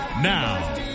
Now